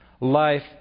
life